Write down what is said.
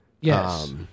yes